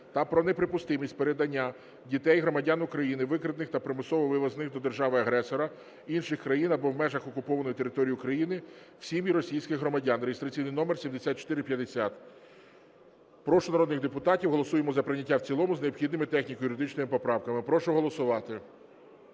та про неприпустимість передання дітей – громадян України, викрадених та примусово вивезених до держави-агресора, інших країн або в межах окупованих територій України, в сім’ї російських громадян (реєстраційний номер 7450). Прошу народних депутатів, голосуємо за прийняття в цілому з необхідними технікою-юридичними поправками. Прошу голосувати.